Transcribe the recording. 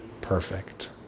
perfect